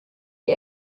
die